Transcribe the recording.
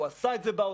הוא עשה את זה בעוטף,